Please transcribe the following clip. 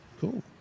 Cool